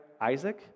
Isaac